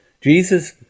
Jesus